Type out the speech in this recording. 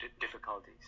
difficulties